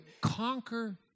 conquer